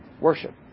Worship